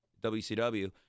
WCW